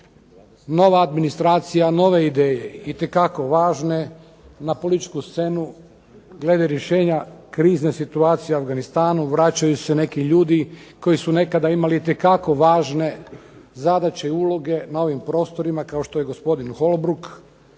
Nova administracija, nove ideje. Itekako važne na političku scenu glede rješenja krizne situacije u Afganistanu vraćaju se neki ljudi koji su nekada imali itekako važne zadaće i uloge na ovim prostorima. Kao što je gospodin Holbruk,